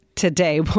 Today